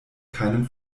keinen